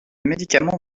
médicaments